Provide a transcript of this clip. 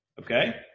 Okay